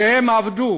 שעבדו